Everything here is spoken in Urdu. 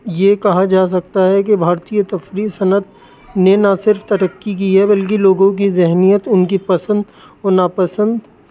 یہ کہا جا سکتا ہے کہ بھارتیہ تفریح صنعت نے نہ صرف ترقی کی ہے بلکہ لوگوں کی ذہنیت ان کی پسند اور ناپسند